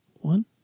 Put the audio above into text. one